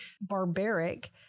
barbaric